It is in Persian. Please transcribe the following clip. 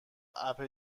اَپ